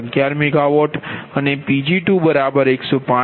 11 MW અને Pg2 105